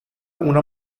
una